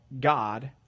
God